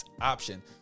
option